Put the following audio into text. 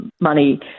money